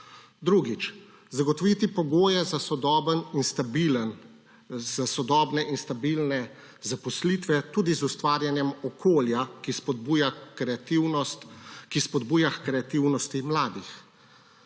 Drugič. Zagotoviti pogoje za sodobne in stabilne zaposlitve, tudi z ustvarjanjem okolja, ki spodbuja h kreativnosti mladih.